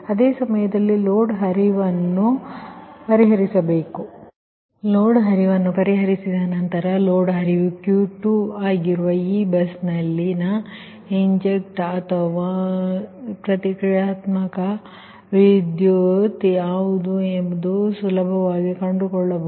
ಅದೇ ಸಮಯದಲ್ಲಿ ಲೋಡ್ ಹರಿವನ್ನು ಪರಿಹರಿಸಿಸಬೇಕು ಲೋಡ್ ಹರಿವನ್ನು ಪರಿಹರಿಸಿದ ನಂತರ ಲೋಡ್ ಹರಿವು Q2 ಆಗಿರುವ ಈ ಬಸ್ನಲ್ಲಿನ ಇಂಜೆಕ್ಟ್ ಅಥವಾ ನುಗಿಸಿದ ಪ್ರತಿಕ್ರಿಯಾತ್ಮಕ ವಿದ್ಯುತ್ ಯಾವುದು ಎಂದು ನೀವು ಸುಲಭವಾಗಿ ಕಂಡುಕೊಳ್ಳಬಹುದು